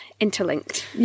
interlinked